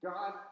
God